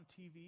TV